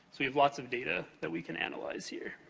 we have lots of data that we can analyze here.